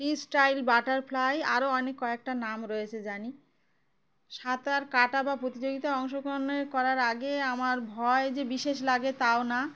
free style butterfly আরও অনেক কয়েকটা নাম রয়েছে জানি সাঁতার কাটা বা প্রতিযোগিতায় অংশগ্রহণে করার আগে আমার ভয় যে বিশেষ লাগে তাও না